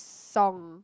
song